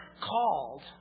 called